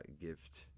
gift